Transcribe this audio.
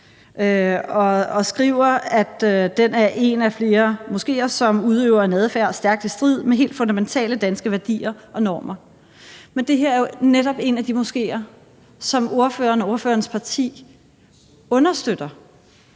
og skriver, at den er en af flere moskéer, som udøver en adfærd stærkt i strid med helt fundamentale danske værdier og normer. Men det her er jo netop en af de moskéer, som ordføreren og ordførerens parti understøtter